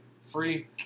free